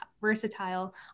versatile